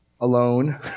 alone